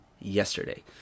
yesterday